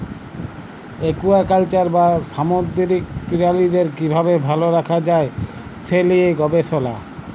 aquaculture বা সামুদ্দিরিক পিরালিদের কিভাবে ভাল রাখা যায় সে লিয়ে গবেসলা